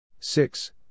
Six